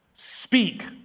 Speak